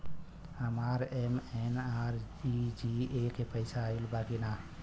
हमार एम.एन.आर.ई.जी.ए के पैसा आइल बा कि ना?